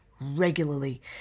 regularly